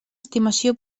estimació